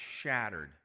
shattered